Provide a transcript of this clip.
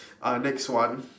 uh next one